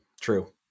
true